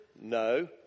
No